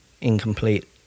incomplete